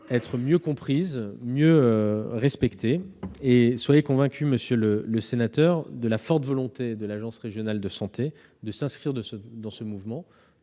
être mieux comprises et respectées. Soyez convaincu, monsieur le sénateur, de la forte volonté de l'agence régionale de santé de s'inscrire dans ce mouvement